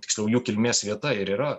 tiksliau jų kilmės vieta ir yra